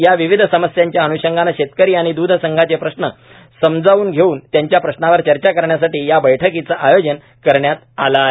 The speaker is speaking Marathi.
या विविध समस्यांच्या अन्षंगाने शेतकरी आणि द्ध संघाचे प्रश्न समजावून घेवून त्यांच्या प्रश्नांवर चर्चा करण्यासाठी या बैठकीचे आयोजन करण्यात आले आहे